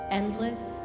endless